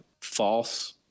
false